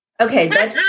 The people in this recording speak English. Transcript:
Okay